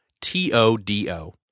T-O-D-O